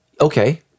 Okay